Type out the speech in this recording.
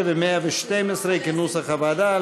113 ו-114 כנוסח הוועדה.